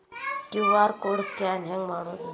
QR code scan ಹೆಂಗ್ ಮಾಡೋದು?